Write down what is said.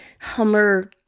Hummer